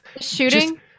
Shooting